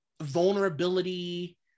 vulnerability